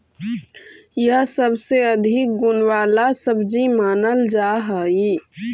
यह सबसे अधिक गुण वाला सब्जी मानल जा हई